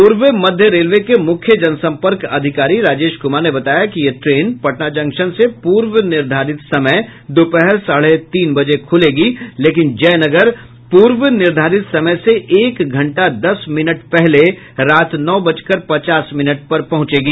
पूर्व मध्य रेलवे के मुख्य जन सम्पर्क अधिकारी राजेश कुमार ने बताया कि यह ट्रेन पटना जंक्शन से पूर्व निर्धारित समय दोपहर साढ़े तीन बजे खुलेगी लेकिन जयनगर पूर्व निर्धारित समय से एक घंटा दस मिनट पहले रात नौ बजकर पचास मिनट पर पहुंचेगी